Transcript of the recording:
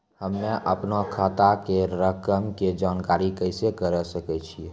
हम्मे अपनो खाता के रकम के जानकारी कैसे करे सकय छियै?